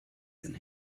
than